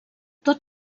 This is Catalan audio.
tot